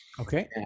Okay